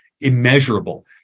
immeasurable